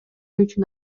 үчүн